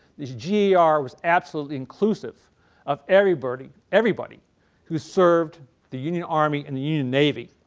the gar was absolutely inclusive of everybody everybody who served the union army and the union navy.